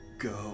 Go